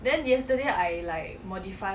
back what exercise was that